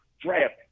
draft